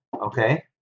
okay